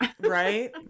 Right